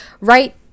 right